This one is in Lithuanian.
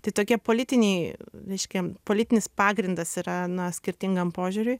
tai tokie politiniai reiškia politinis pagrindas yra na skirtingam požiūriui